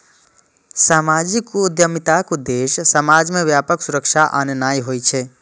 सामाजिक उद्यमिताक उद्देश्य समाज मे व्यापक सुधार आननाय होइ छै